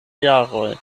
jaroj